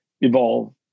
evolve